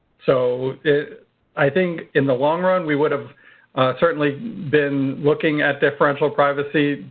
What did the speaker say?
so i think in the long run we would have certainly been looking at differential privacy.